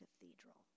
Cathedral